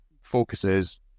focuses